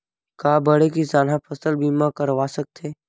का बड़े किसान ह फसल बीमा करवा सकथे?